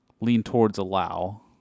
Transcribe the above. lean-towards-allow